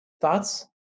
Thoughts